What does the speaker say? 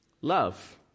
love